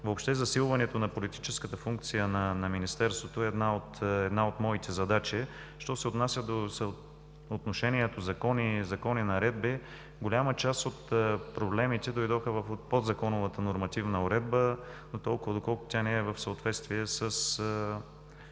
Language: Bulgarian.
Въобще засилването на политическата функция на Министерството е една от моите задачи. Що се отнася до отношението – закон и наредби, голяма част от проблемите дойдоха от подзаконовата нормативна уредба дотолкова, доколкото тя не е в съответствие с